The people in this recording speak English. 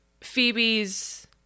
Phoebe's